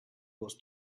was